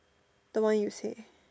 the one you say